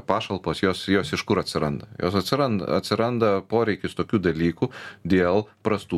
pašalpos jos jos iš kur atsiranda jos atsiranda atsiranda poreikis tokių dalykų dėl prastų